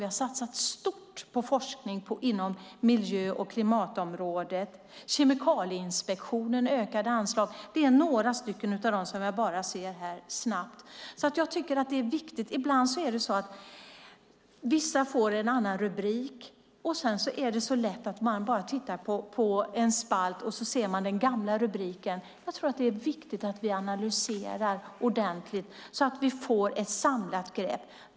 Vi har satsat stort på forskning inom miljö och klimatområdet. Kemikalieinspektionen har fått ökade anslag. Det är några. Ibland blir det en annan rubrik, och då är det så lätt att man bara tittar på en spalt och ser den gamla rubriken. Det är viktigt att analysera ordentligt så att vi får ett samlat grepp.